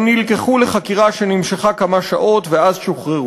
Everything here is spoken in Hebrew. הם נלקחו לחקירה שנמשכה כמה שעות, ואז שוחררו.